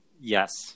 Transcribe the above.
Yes